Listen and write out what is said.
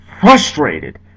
frustrated